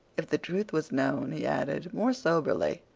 if the truth was known, he added, more soberly,